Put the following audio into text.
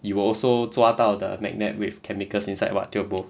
you will also 抓到 the magnet with chemicals inside [what] tio bo